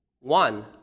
One